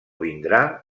vindrà